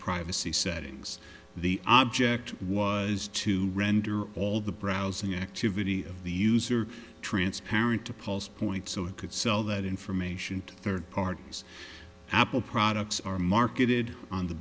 privacy settings the object was to render all the browsing activity of the user transparent to pulse point so it could sell that information to third parties apple products are marketed on the